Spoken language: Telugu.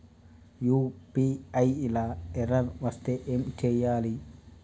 యూ.పీ.ఐ లా ఎర్రర్ వస్తే ఏం చేయాలి?